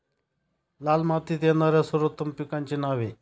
लाल मातीत येणाऱ्या सर्वोत्तम पिकांची नावे?